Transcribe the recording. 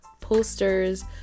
posters